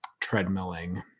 treadmilling